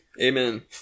Amen